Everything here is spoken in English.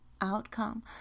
outcome